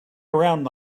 around